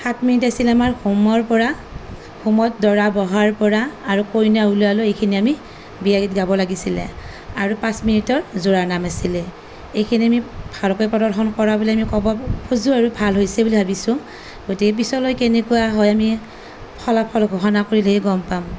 সাত মিনিট আছিলে আমাৰ হোমৰ পৰা হোমত দৰা বহাৰ পৰা আৰু কইনা উলিওৱালৈ এইখিনি আমি বিয়াগীত গাব লাগিছিলে আৰু পাঁচ মিনিটৰ জোৰা নাম আছিলে এইখিনি আমি ভালকৈ প্ৰদৰ্শন কৰা বুলি আমি ক'ব খুজোঁ আৰু ভাল হৈছে বুলি ভাবিছোঁ গতিকে পিছলৈ কেনেকুৱা হয় আমি ফলাফল ঘোষণা কৰিলেহে গম পাম